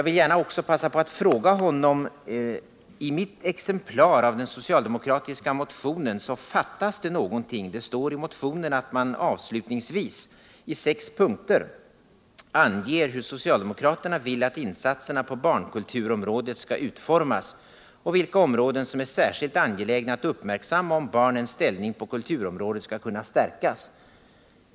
I mitt exemplar av den socialdemokratiska motionen fattas det någonting. Det står i motionen att man avslutningsvis i sex punkter anger hur socialdemokraterna vill att insatserna på barnkulturområdet skall utformas och vilka områden som är särskilt angelägna att uppmärksamma, om barnens ställning på kulturområdet skall kunna stärkas.